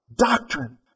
Doctrine